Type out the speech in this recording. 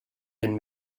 been